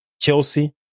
Chelsea